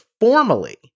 formally